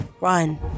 run